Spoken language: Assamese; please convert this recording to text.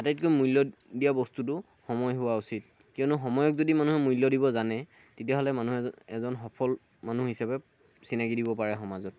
আটাইতকৈ মূল্য দিয়া বস্তুটো সময় হোৱা উচিত কিয়নো সময়ক যদি মানুহে মূল্য দিব জানে তেতিয়াহ'লে মানুহ এজন সফল মানুহ হিচাপে চিনাকি দিব পাৰে সমাজত